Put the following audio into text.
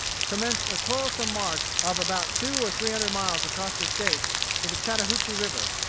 commenced a toilsome march of about two or three hundred miles across the state to the chattahoochee river,